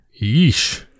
Yeesh